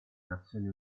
nazioni